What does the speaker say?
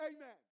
Amen